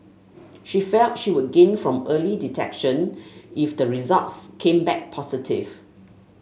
she felt she would gain from early detection if the results came back positive